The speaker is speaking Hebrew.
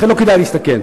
לכן, לא כדאי להסתכן.